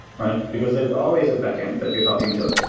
right? because there's always a backend that you're talking to,